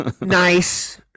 Nice